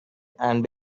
and